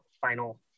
final